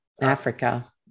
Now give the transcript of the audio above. africa